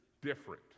different